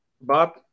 Bob